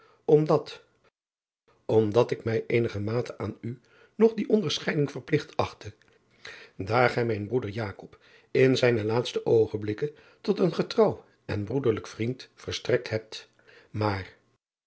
omdat omdat ik mij eenigermate aan u nog die onderscheiding verpligt achtte daar gij mijn broeder in zijne laatste oogenblikken tot een getrouw en broederlijk vriend verstrekt hebt maar